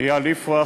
איל יפרח,